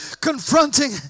confronting